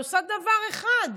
היא עושה דבר אחד.